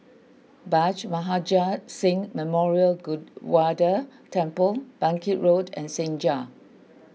Bhai Maharaj Singh Memorial Gurdwara Temple Bangkit Road and Senja